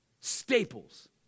Staples